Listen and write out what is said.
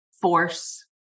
force